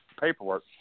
paperwork